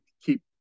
keep